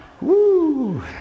Woo